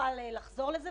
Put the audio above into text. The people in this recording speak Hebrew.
שנוכל לחזור לזה,